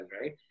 right